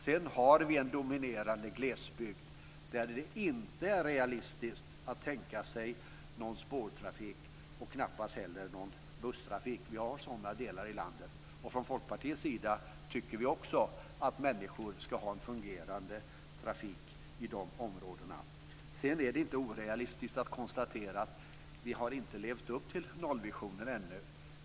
Sedan har vi en dominerande glesbygd, där det inte är realistiskt att tänka sig någon spårtrafik och knappast heller någon busstrafik. Vi har sådana delar i landet. Från Folkpartiets sida tycker vi också att människor ska ha en fungerande trafik i de områdena. Det är inte orealistiskt att konstatera att vi inte levt upp till nollvisionen ännu.